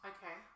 Okay